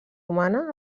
humana